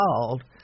called